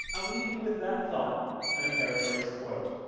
i'll leave you with that thought and a paraphrased quote.